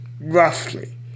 roughly